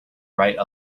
write